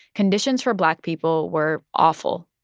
conditions for black people were awful.